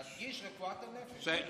תדגיש רפואת הנפש.